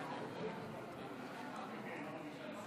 עשר